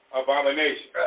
abomination